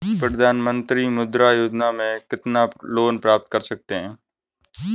प्रधानमंत्री मुद्रा योजना में कितना लोंन प्राप्त कर सकते हैं?